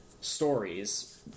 stories